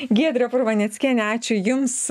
giedrė purvaneckienė ačiū jums